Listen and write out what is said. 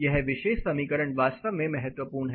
यह विशेष समीकरण वास्तव में महत्वपूर्ण है